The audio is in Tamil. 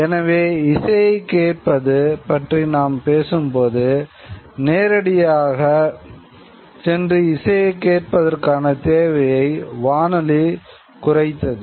எனவே இசையைக் கேட்பது பற்றி நாம் பேசும்போது நேரடியாகச் சென்று இசையை கேட்பதற்கான தேவையை வானொலி குறைத்தது